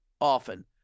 often